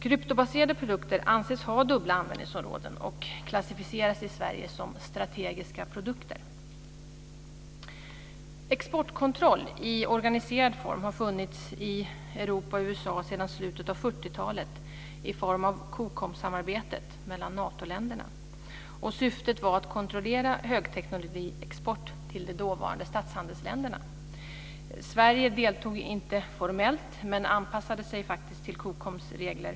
Kryptobaserade produkter anses ha dubbla användningsområden och klassificeras i Sverige som strategiska produkter. Exportkontroll i organiserad form har funnits i Europa och USA sedan slutet av 40-talet i form av COCOM-samarbetet mellan Natoländerna, och syftet var att kontrollera högteknologiexport till de dåvarande statshandelsländerna. Sverige deltog inte formellt men anpassade sig till COCOM:s regler.